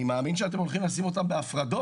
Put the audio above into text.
אני מאמין שאתם הולכים לשים אותם בהפרדות,